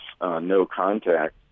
no-contact